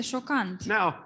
Now